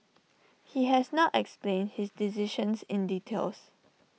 he has not explained his decision in details